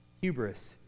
hubris